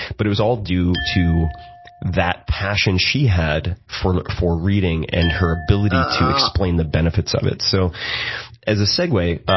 but it was all due to that passion she had for like for reading and her ability to explain the benefits of it. so as a segway,